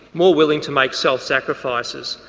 more willing to make self sacrifices,